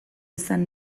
izan